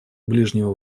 ближнего